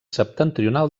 septentrional